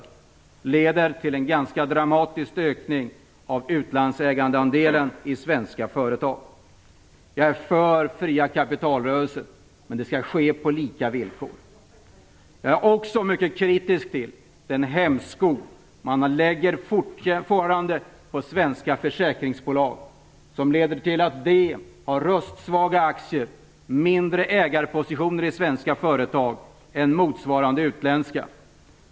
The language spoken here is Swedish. Det leder till en ganska dramatisk ökning av andelen utlandsägande i svenska företag. Jag är för fria kapitalrörelser, men det skall ske på lika villkor. Jag är också mycket kritisk till den hämsko man fortfarande lägger på svenska försäkringsbolag. Den leder till att de har röstsvaga aktier och mindre ägarpositioner i svenska företag än i motsvarande utländska.